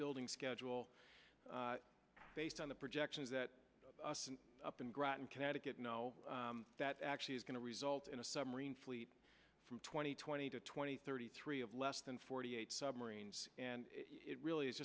building schedule based on the projections that up in groton connecticut no that actually is going to result in a submarine fleet from twenty twenty to twenty thirty three of less than forty eight submarines and it really is